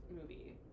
movie